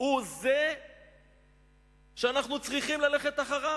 הוא זה שאנחנו צריכים ללכת אחריו.